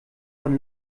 von